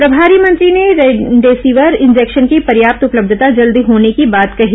प्रभारी मंत्री ने रेमडेसिविर इंजेक्शन की पर्याप्त उपलब्धता जल्द होने की बात कही